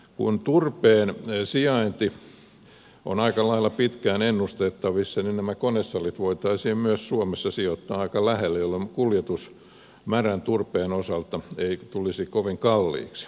kun turpeen sijainti on aika lailla pitkään ennustettavissa niin nämä konesalit voitaisiin myös suomessa sijoittaa aika lähelle jolloin kuljetus märän turpeen osalta ei tulisi kovin kalliiksi